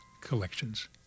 collections